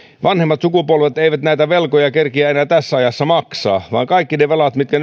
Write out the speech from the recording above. vanhemmat sukupolvet eivät näitä velkoja kerkeä enää tässä ajassa maksaa vaan kaikki ne velat mitkä